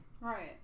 Right